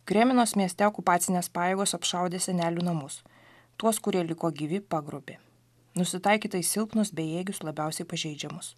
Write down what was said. kreminos mieste okupacinės pajėgos apšaudė senelių namus tuos kurie liko gyvi pagrobė nusitaikyta į silpnus bejėgius labiausiai pažeidžiamus